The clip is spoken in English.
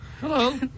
Hello